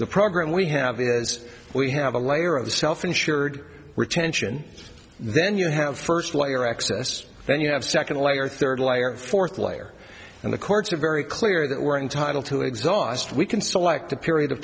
the program we have is we have a layer of the self insured retention then you have first layer access then you have second layer third layer fourth layer and the courts are very clear that we're entitled to exhaust we can select a period of